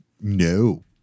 no